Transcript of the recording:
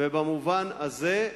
במובן הזה,